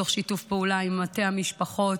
תוך שיתוף פעולה עם מטה המשפחות,